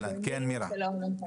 הדיבור.